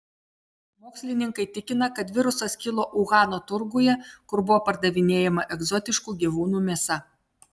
mokslininkai tikina kad virusas kilo uhano turguje kur buvo pardavinėjama egzotiškų gyvūnų mėsa